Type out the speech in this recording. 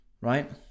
Right